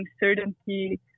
uncertainty